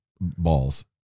balls